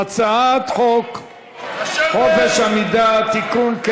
הצעת חוק חופש המידע (תיקון,